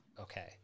Okay